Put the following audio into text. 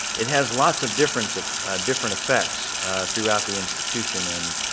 it has lots of difference of different effects throughout the institution and